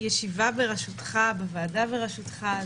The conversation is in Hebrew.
בישיבה בראשותך, בוועדה בראשותך.